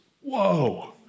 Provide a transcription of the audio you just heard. Whoa